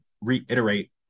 Reiterate